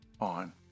on